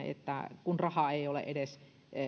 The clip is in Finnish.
että kun rahaa ei ole edes